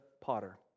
potter